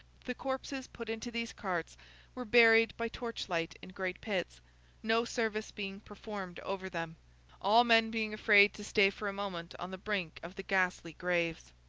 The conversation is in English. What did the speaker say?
the corpses put into these carts were buried by torchlight in great pits no service being performed over them all men being afraid to stay for a moment on the brink of the ghastly graves.